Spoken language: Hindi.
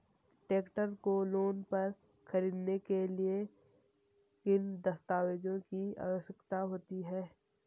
ट्रैक्टर को लोंन पर खरीदने के लिए किन दस्तावेज़ों की आवश्यकता होती है?